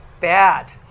bad